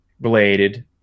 related